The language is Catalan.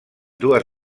dues